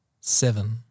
Seven